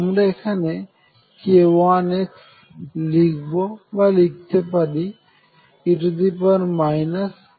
আমরা এখানে k1x লিখবো বা লিখতে পারি e ik1x